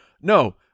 No